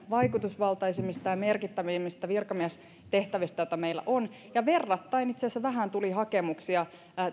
vaikutusvaltaisimmista ja merkittävimmistä virkamiestehtävistä joita meillä on ja itse asiassa verrattain vähän tuli hakemuksia